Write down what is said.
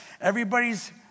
Everybody's